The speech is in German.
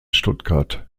stuttgart